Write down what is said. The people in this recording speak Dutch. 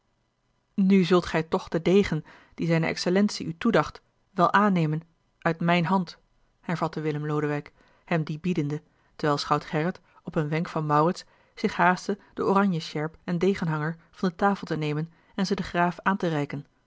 nu zult gij toch den degen dien zijne excellentie u toedacht wel aannemen uit mijne hand hervatte willem lodewijk hem dien biedende terwijl schout gerrit op een wenk van maurits zich haastte de oranje sjerp en degenhanger van de tafel te nemen en ze den graaf aan te reiken